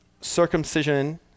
Circumcision